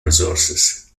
resources